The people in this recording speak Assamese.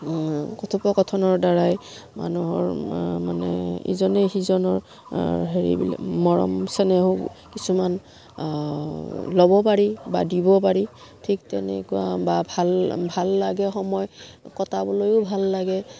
কথোপকথনৰ দ্বাৰাই মানুহৰ মা মানে ইজনে সিজনৰ হেৰি মৰম চেনেহো কিছুমান ল'ব পাৰি বা দিব পাৰি ঠিক তেনেকুৱা বা ভাল ভাল লাগে সময় কটাবলৈও ভাল লাগে